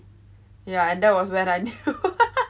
yeah and that was when I knew